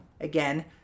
Again